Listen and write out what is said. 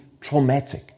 traumatic